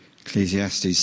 Ecclesiastes